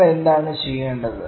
നമ്മൾ എന്താണ് ചെയ്യേണ്ടത്